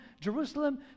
Jerusalem